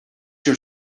your